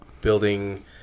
building